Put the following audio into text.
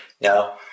Now